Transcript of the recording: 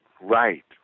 Right